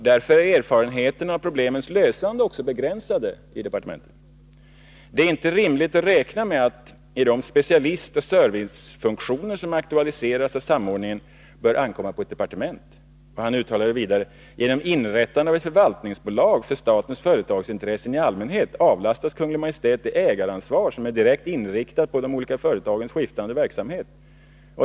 Därför är erfarenheterna av gruppen problemens lösande också begränsade. Det är inte rimligt att räkna med att de specialistoch servicefunktioner som aktualiseras av samordningen bör ankomma på ett departement.” Han uttalade vidare: ”Genom inrättandet av ett förvaltningsbolag för statens företagsintressen i allmänhet avlastas Kungl. Maj:t det ägaransvar som är direkt inriktat på de olika företagens skiftande verksamhet —-—-—-.